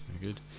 good